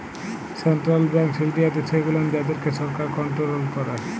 central banks ইনডিয়াতে সেগুলান যাদেরকে সরকার কনটোরোল ক্যারে